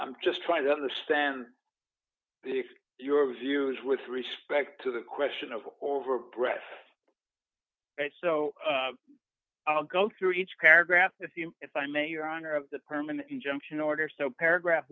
i'm just trying to understand if your view is with respect to the question of or over breast so i'll go through each paragraph to see if i may your honor of the permanent injunction order so paragraph